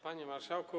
Panie Marszałku!